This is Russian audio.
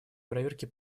проверке